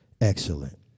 Excellent